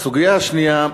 והסוגיה השנייה,